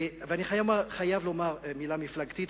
אני חייב לומר מלה מפלגתית,